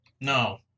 No